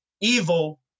evil